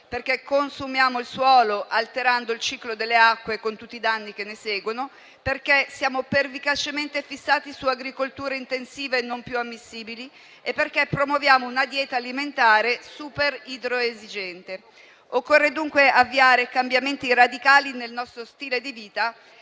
Perché consumiamo il suolo, alterando il ciclo delle acque, con tutti i danni che ne conseguono? Perché siamo pervicacemente fissati su agricolture intensive, non più ammissibili e perché promuoviamo una dieta alimentare super idroesigente. Occorre, dunque, avviare cambiamenti radicali nel nostro stile di vita